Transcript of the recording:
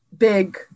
big